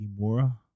Imura